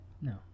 No